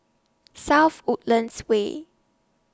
South Woodlands Way